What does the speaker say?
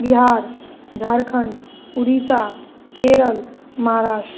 Bihar Jharkhand Orissa Kerala Maharashtra